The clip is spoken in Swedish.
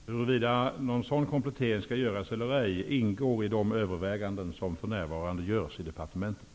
Fru talman! Huruvida någon sådan komplettering skall göras eller ej ingår i de överväganden som för närvarande görs i departementet.